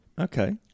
Okay